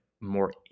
more